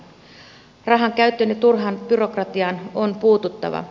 rahankäyttöön ja turhaan byrokratiaan on puututtava